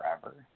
forever